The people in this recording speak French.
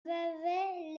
lavaveix